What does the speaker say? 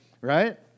Right